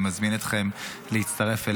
אני מזמין אתכם להצטרף אליהם,